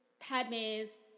Padme's